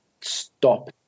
stop